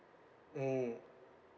mm